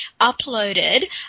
uploaded